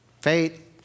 Faith